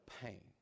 pain